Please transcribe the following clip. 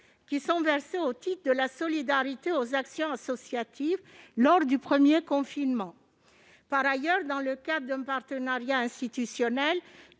2 500 euros au titre de la solidarité aux actions associatives lors du premier confinement. Par ailleurs, dans le cadre d'un partenariat institutionnel,